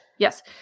Yes